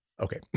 Okay